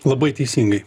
labai teisingai